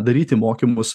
daryti mokymus